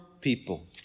people